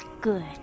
good